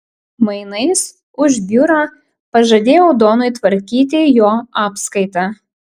mainais už biurą pažadėjau donui tvarkyti jo apskaitą